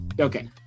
Okay